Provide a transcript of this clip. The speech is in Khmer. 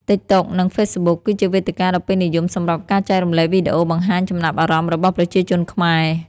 TikTok និង Facebook គឺជាវេទិកាដ៏ពេញនិយមសម្រាប់ការចែករំលែកវីដេអូបង្ហាញចំណាប់អារម្មណ៍របស់ប្រជាជនខ្មែរ។